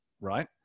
right